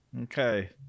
Okay